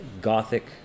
gothic